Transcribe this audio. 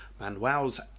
Manuel's